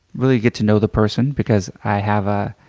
really get to know the person. because i have ah